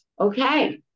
Okay